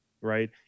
right